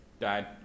died